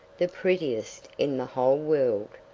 the prettiest in the whole world.